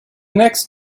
next